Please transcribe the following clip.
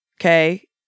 Okay